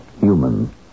human